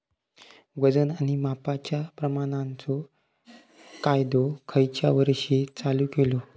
वजन आणि मापांच्या प्रमाणाचो कायदो खयच्या वर्षी चालू केलो?